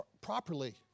properly